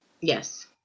Yes